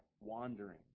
wandering